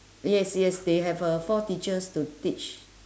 yes yes they have uh four teachers to teach